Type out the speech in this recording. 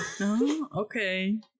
Okay